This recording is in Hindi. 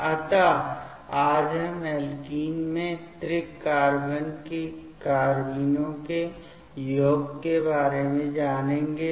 अतः आज हम ऐल्कीन में त्रिक कार्बेनों के योग के बारे में जानेंगे